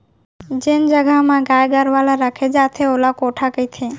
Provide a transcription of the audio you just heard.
जेन जघा म गाय गरूवा ल रखे जाथे ओला कोठा कथें